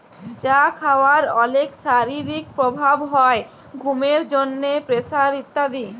চা খাওয়ার অলেক শারীরিক প্রভাব হ্যয় ঘুমের জন্হে, প্রেসার ইত্যাদি